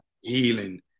healing